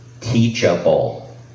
teachable